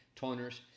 toners